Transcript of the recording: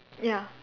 ya